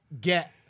get